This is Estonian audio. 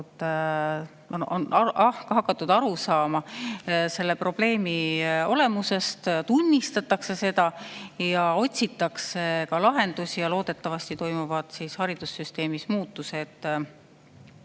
on hakatud aru saama selle probleemi olemusest, tunnistatakse seda ja otsitakse ka lahendusi. Ja loodetavasti toimuvad haridussüsteemis muutused